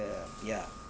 ya